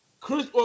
Chris